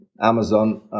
Amazon